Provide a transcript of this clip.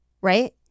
right